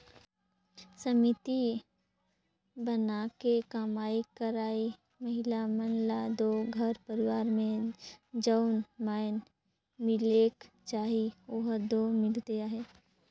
समिति बनाके कमई करइया महिला मन ल दो घर परिवार में जउन माएन मिलेक चाही ओहर दो मिलते अहे